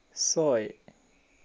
ছয়